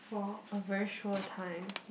for a very sure time